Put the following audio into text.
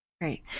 Great